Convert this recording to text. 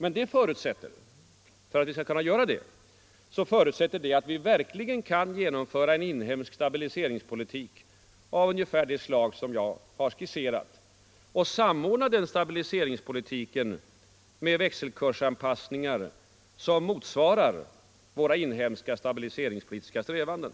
Men skall vi kunna göra det, förutsätter det att vi verkligen kan genomföra en inhemsk stabiliseringspolitik av ungefär det slag som jag har skisserat och samordna den stabiliseringspolitiken med växelkursanpassningar som motsvarar våra inhemska stabiliseringspolitiska strävanden.